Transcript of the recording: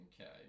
okay